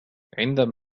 عندما